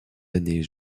allées